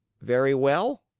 very well.